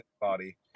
body